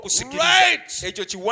Right